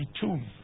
tomb